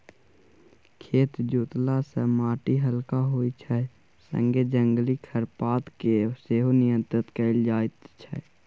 खेत जोतला सँ माटि हलका होइ छै संगे जंगली खरपात केँ सेहो नियंत्रण कएल जाइत छै